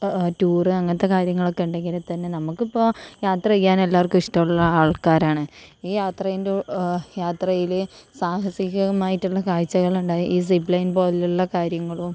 tour അങ്ങനത്തെ കാര്യങ്ങളൊക്കെ ഉണ്ടെങ്കില് തന്നെ നമുക്ക് ഇപ്പോൾ യാത്രചെയ്യാൻ എല്ലാവർക്കും ഇഷ്ടമുള്ള ആൾക്കാരാണ് ഈ യാത്രയിൻ്റെ യാത്രയില് സാഹസികമായിട്ടുള്ള കാഴ്ചകൾ ഉണ്ടായി ഈ സിപ് ലൈൻ പോലുള്ള കാര്യങ്ങളും